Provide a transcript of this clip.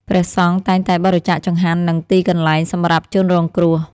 ព្រះសង្ឃតែងតែបរិច្ចាគចង្ហាន់ និងទីកន្លែងសម្រាប់ជនរងគ្រោះ។